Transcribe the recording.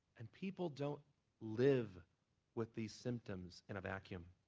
and people don't live with these symptoms in a vacuum.